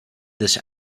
this